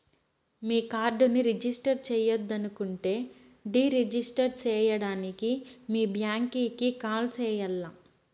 మీ కార్డుని రిజిస్టర్ చెయ్యొద్దనుకుంటే deregister సేయడానికి మీ బ్యాంకీకి కాల్ సెయ్యాల్ల